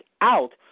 out